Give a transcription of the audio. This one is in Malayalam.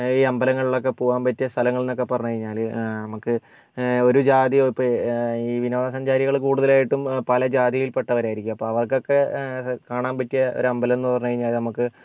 ഈ അമ്പലങ്ങളിലൊക്കെ പോകാൻ പറ്റിയ സ്ഥലങ്ങൾ എന്നൊക്കെ പറഞ്ഞു കഴിഞ്ഞാൽ നമുക്ക് ഒരു ജാതിയോ ഇപ്പം ഈ വിനോദസഞ്ചാരികൾ കൂടുതലായിട്ടും പല ജാതിയിൽ പെട്ടവരായിരിക്കും അപ്പം അവർക്കൊക്കെ കാണാൻ പറ്റിയ ഒരു അമ്പലം എന്ന് പറഞ്ഞു കഴിഞ്ഞാൽ നമുക്ക്